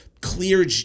clear